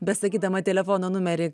besakydama telefono numerį